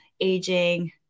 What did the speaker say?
aging